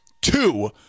two